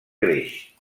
greix